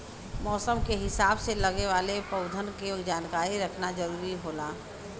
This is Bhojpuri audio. मौसम के हिसाब से लगे वाले पउधन के जानकारी रखना जरुरी होला